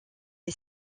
est